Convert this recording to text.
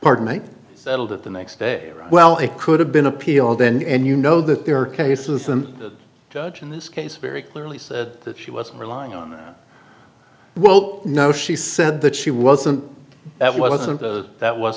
pardon me settled it the next day well it could have been appealed then and you know that there are cases when the judge in this case very clearly said that she was relying on well no she said that she wasn't that wasn't that was